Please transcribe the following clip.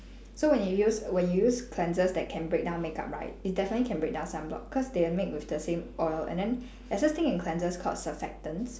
so when you when you use cleansers that can break down makeup right it definitely can break down sunblock cause they were made with the same oil and then there's this thing in cleansers called surfactants